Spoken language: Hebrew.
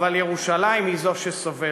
אבל ירושלים היא זו שסובלת.